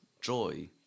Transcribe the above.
joy